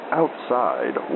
outside